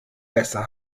besser